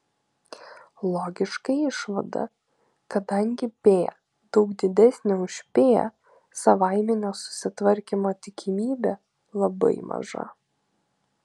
logiška išvada kadangi p daug didesnė už p savaiminio susitvarkymo tikimybė labai maža